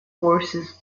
forces